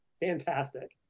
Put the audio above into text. Fantastic